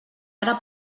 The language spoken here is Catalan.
ara